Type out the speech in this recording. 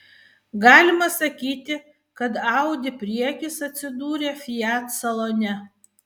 galima sakyti kad audi priekis atsidūrė fiat salone